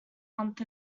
month